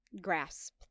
grasp